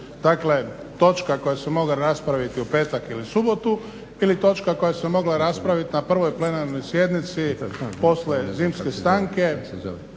Dakle, točka koja se mogla raspraviti u petak ili subotu ili točka koja se mogla raspravit na prvoj plenarnoj sjednici poslije zimske stanke.